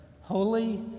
Holy